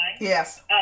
Yes